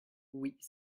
huit